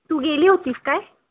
तू गेली होतीस काय